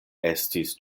estis